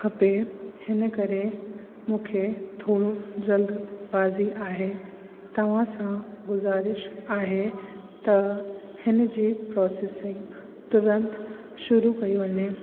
खपे हिन करे मूंखे थोरो जल्दबाज़ी आहे तव्हां सां गुज़ारिश आहे त हिन जी प्रोसेसिंग तुरंत शुरू कई वञे